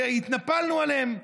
התנפלנו עליהם.